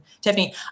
Tiffany